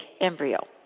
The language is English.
embryo